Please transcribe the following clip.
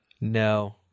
No